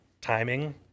timing